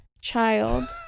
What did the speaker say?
Child